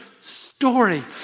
story